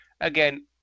Again